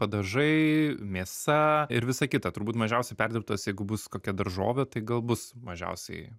padažai mėsa ir visa kita turbūt mažiausiai perdirbtos jeigu bus kokia daržovė tai gal bus mažiausiai